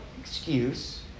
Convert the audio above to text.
excuse